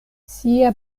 sia